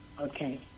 Okay